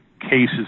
cases